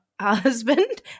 husband